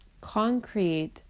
concrete